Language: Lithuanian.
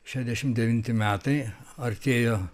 šešiasdešimt devinti metai artėjo